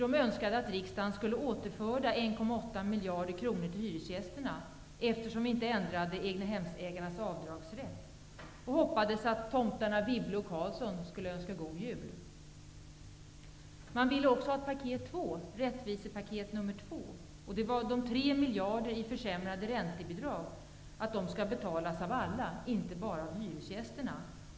De önskade att riksdagen skulle återföra 1,8 miljarder kronor till hyresgästerna, eftersom egnahemsägarnas avdragsrätt inte ändras. De hoppades att tomtarna Wibble och Carlsson skulle önska God Jul. De efterlyste också rättvisepaket nr 2. Det handlar om att de 3 miljarderna i försämrade räntebidrag skall betalas av alla och inte bara av hyresgästerna.